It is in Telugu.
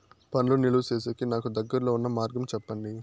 పండ్లు నిలువ సేసేకి నాకు దగ్గర్లో ఉన్న మార్గం చెప్పండి?